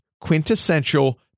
quintessential